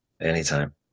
anytime